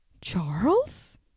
Charles